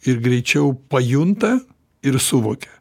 ir greičiau pajunta ir suvokia